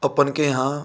अपन के यहाँ